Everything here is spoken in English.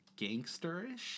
gangsterish